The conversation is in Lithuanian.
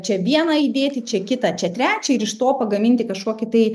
čia vieną įdėti čia kitą čia trečią ir iš to pagaminti kažkokį tai